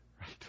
right